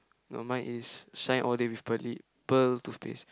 no mine is shine all day with pearly pearl toothpaste